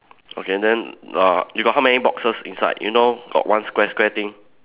okay and then uh you got how many boxes inside you know got one square square thing